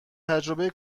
تجربه